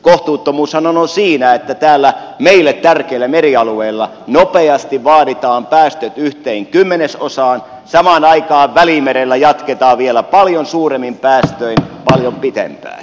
kohtuuttomuushan on siinä että täällä meille tärkeillä merialueilla nopeasti vaaditaan päästöt yhteen kymmenesosaan samaan aikaan välimerellä jatketaan vielä paljon suuremmin päästöin paljon pitempään